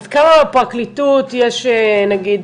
עד כמה הפרקליטות יש נגיד,